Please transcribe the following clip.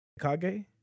Kage